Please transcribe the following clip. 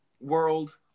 world